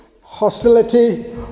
hostility